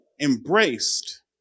embraced